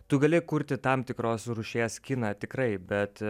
tu gali kurti tam tikros rūšies kiną tikrai bet